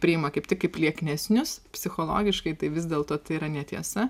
priima kaip tik kaip lieknesnius psichologiškai tai vis dėlto tai yra netiesa